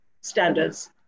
standards